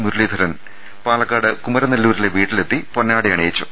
മുരളീധരൻ പാലക്കാട് കുമരനെല്ലൂരിലെ വീട്ടിലെത്തി പൊന്നാട യണിയിച്ചു